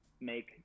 make